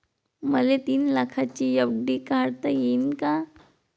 मले तीन लाखाची एफ.डी काढता येईन का?